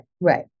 Right